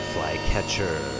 Flycatcher